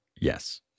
yes